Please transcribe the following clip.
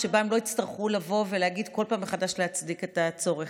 כדי שהם לא יצטרכו לבוא ולהגיד בכל פעם מחדש ולהצדיק את הצורך.